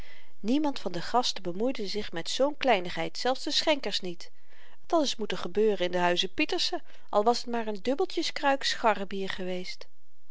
niemand van de gasten bemoeide zich met zoo'n kleinigheid zelfs de schenkers niet t had eens moeten gebeuren in den huize pieterse al was t maar met n dubbeltjes kruik scharrebier geweest